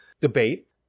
debate